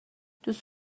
دوست